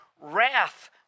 wrath